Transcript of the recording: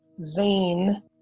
Zane